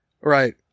Right